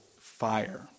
fire